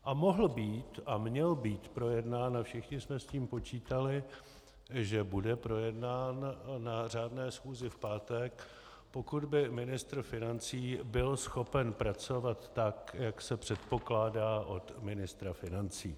A mohl být a měl být projednán a všichni jsme s tím počítali, že bude projednán, na řádné schůzi v pátek, pokud by ministr financí byl schopen pracovat tak, jak se předpokládá od ministra financí.